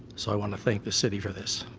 so i want to thank the city for this.